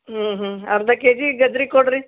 ಹ್ಞೂ ಹ್ಞೂ ಅರ್ಧ ಕೆ ಜಿ ಗಜ್ಜರಿ ಕೊಡಿರಿ